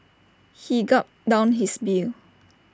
he gulped down his beer